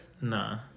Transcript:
No